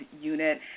unit